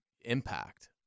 impact